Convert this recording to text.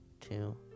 two